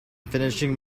finishing